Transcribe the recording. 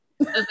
Okay